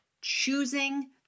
choosing